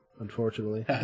unfortunately